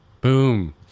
boom